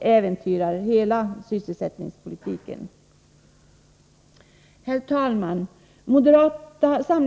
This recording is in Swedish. äventyrar hela sysselsättningspolitiken. Herr talman!